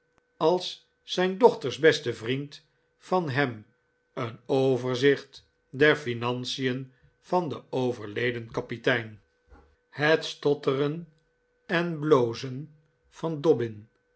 als zijn dochters beste vriend van hem een overzicht der financien van den overleden kapitein het stotteren en blozen van